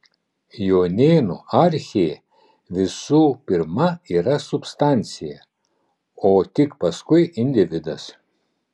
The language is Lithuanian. jonėnų archė visų pirma yra substancija o tik paskui individas